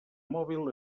mòbil